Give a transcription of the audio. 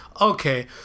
Okay